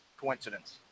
coincidence